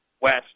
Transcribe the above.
West